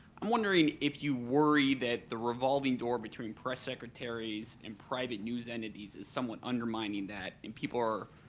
i'm wondering if you worry that the revolving door between press secretaries and private news entities is somewhat undermining that and people are,